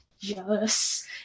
yes